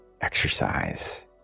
exercise